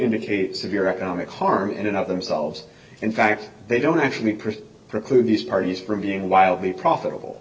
indicate severe economic harm in and of themselves in fact they don't actually print preclude these parties from being wildly profitable